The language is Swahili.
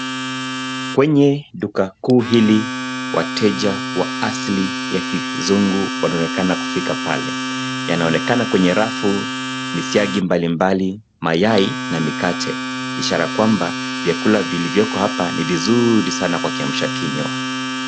Kwenye duka kuu hili, wateja wa asili ya kizungu wanaonekana kufika pale. Yanaonekana kwenye rafu misyagi mbalimbali, mayai na mikate. Ishara kwamba vyakula vilivyoko hapa ni vizuri sana kwa kiamsha kinywa.